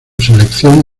selección